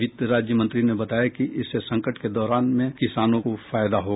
वित्त राज्य मंत्री ने बताया कि इससे संकट के दौरन में किसानों का फायदा होगा